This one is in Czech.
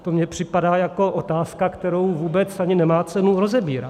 To mně připadá jako otázka, kterou vůbec ani nemá cenu rozebírat.